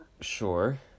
Sure